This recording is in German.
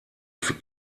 für